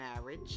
marriage